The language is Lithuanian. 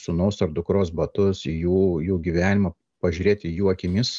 sūnaus ar dukros batus jų jų gyvenimą pažiūrėti jų akimis